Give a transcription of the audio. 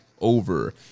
over